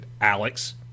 Alex